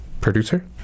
producer